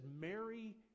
Mary